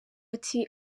ati